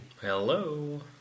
Hello